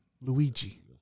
Luigi